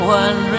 one